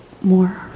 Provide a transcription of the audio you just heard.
more